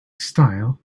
style